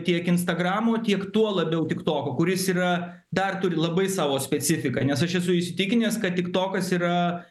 tiek instagramo tiek tuo labiau tiktoko kuris yra dar turi labai savo specifiką nes aš esu įsitikinęs kad tiktokas yra